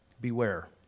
beware